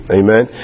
amen